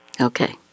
Okay